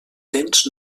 dents